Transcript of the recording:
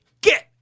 get